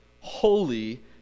holy